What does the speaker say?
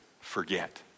Forget